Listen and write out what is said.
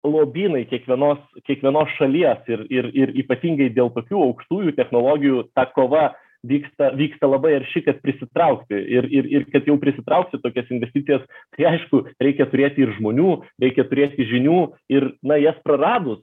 lobynai kiekvienos kiekvienos šalies ir ir ir ypatingai dėl tokių aukštųjų technologijų kova vyksta vyksta labai arši kad prisitraukti ir ir ir kad jau prisitrauksi tokias investicijas tai aišku reikia turėti ir žmonių reikia turėti žinių ir na jas praradus